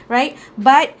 right but